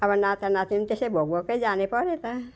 अब नातानातिनी त्यसै भोकभोकै जाने पऱ्यो त